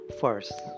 first